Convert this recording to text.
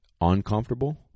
Uncomfortable